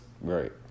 Right